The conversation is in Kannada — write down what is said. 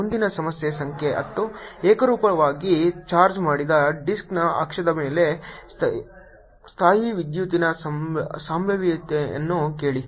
ಮುಂದಿನ ಸಮಸ್ಯೆ ಸಂಖ್ಯೆ 10 ಏಕರೂಪವಾಗಿ ಚಾರ್ಜ್ ಮಾಡಿದ ಡಿಸ್ಕ್ನ ಅಕ್ಷದ ಮೇಲೆ ಸ್ಥಾಯೀವಿದ್ಯುತ್ತಿನ ಸಂಭಾವ್ಯತೆಯನ್ನು ಕೇಳಿ